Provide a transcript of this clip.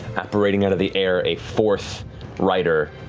apparating out of the air, a fourth rider,